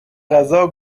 غذا